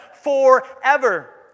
forever